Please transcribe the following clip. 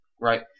right